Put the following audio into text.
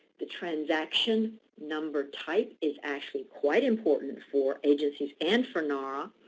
the transaction number type is actually quite important for agencies and for nara,